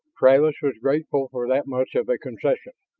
travis was grateful for that much of a concession.